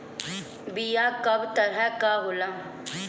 बीया कव तरह क होला?